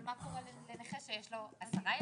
אבל מה קורה לנכה שיש לו עשרה ילדים,